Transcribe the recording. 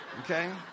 Okay